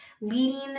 Leading